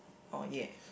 oh ya